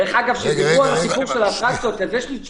דרך אגב,